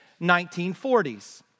1940s